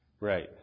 right